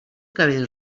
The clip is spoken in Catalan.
cabell